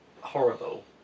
horrible